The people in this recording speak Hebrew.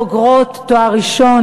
יש יותר בוגרות תואר ראשון,